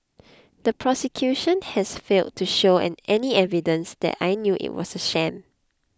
the prosecution has failed to show any any evidence that I knew it was a sham